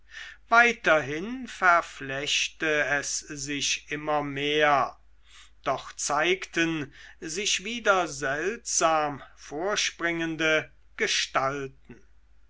hin verflächte es sich immer mehr doch zeigten sich wieder seltsam vorspringende gestalten